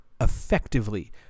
effectively